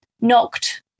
knocked